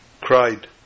cried